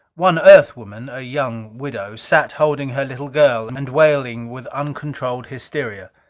one earth woman a young widow sat holding her little girl, and wailing with uncontrolled hysteria.